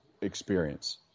experience